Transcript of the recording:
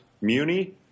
Muni